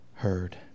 heard